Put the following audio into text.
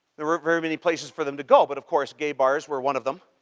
there weren't very many places for them to go, but of course gay bars were one of them.